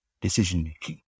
decision-making